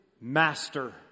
master